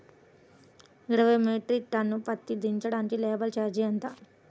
ఇరవై metric ton పత్తి దించటానికి లేబర్ ఛార్జీ ఎంత?